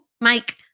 Mike